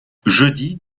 jeudi